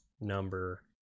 number